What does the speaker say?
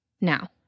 Now